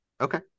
Okay